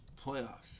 playoffs